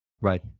Right